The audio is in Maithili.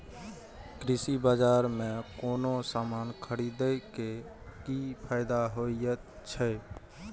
कृषि बाजार में कोनो सामान खरीदे के कि फायदा होयत छै?